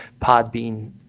Podbean